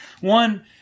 One